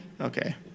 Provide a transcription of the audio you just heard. Okay